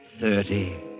thirty